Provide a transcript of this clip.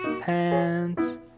pants